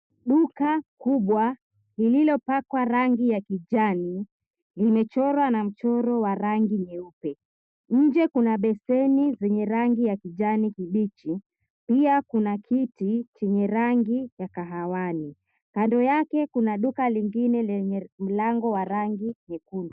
Duka kubwa, lililopakwa rangi ya kijani, limechorwa na mchoro wa rangi nyeupe. Nje kuna beseni zenye rangi ya kijani kibichi. Pia kuna kiti chenye rangi ya kahawani. Kando yake kuna duka lingine lenye mlango wa rangi nyekundu.